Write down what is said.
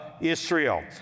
Israel